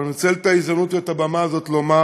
ואני מנצל את ההזדמנות ואת הבמה הזאת לומר